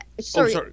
sorry